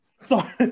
Sorry